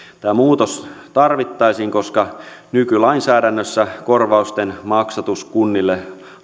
tämä muutos tarvittaisiin koska nykylainsäädännössä korvausten maksatus kunnille